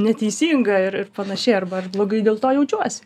neteisinga ir ir panašiai arba aš blogai dėl to jaučiuosi